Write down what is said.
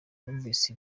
abumvise